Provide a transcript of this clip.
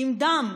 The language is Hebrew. עם דם.